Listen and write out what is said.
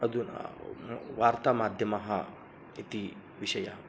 अधुना वार्तामाध्यमः इति विषयः